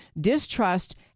distrust